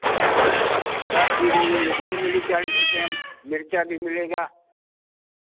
सब चीज़ में लोबियो मिली चालीस रुपैया में मिरचा भी मिलेगा